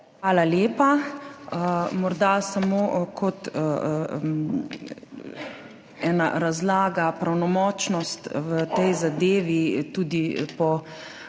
Hvala lepa. Morda samo razlaga. Pravnomočnost v tej zadevi, tudi po